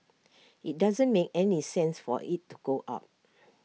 IT doesn't make any sense for IT to go up